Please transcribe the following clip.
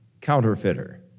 counterfeiter